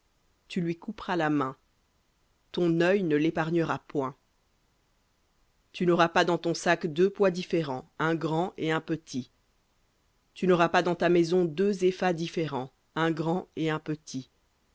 tu lui couperas la main ton œil ne l'épargnera point tu n'auras pas dans ton sac deux poids différents un grand et un petit tu n'auras pas dans ta maison deux éphas différents un grand et un petit